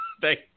thank